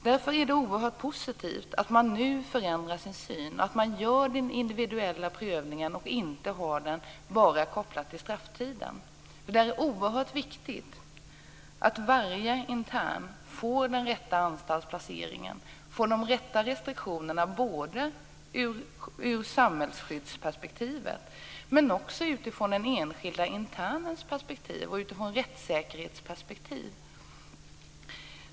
Därför är det oerhört positivt att man nu förändrar sin syn, att man gör den individuella prövningen och inte bara kopplar det här till strafftiden. Det är oerhört viktigt att varje intern får den rätta anstaltsplaceringen och de rätta restriktionerna - både ur samhällsskyddsperspektiv och utifrån den enskilda internens perspektiv och rättssäkerhetsperspektivet.